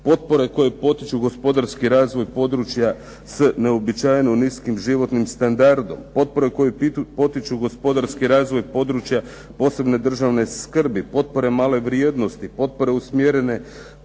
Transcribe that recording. potpore koje potiču gospodarski razvoj područja s neuobičajeno niskim životnim standardom, potpore koje potiču gospodarski razvoj područja posebne državne skrbi, potpore male vrijednosti, potpore usmjerene